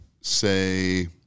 say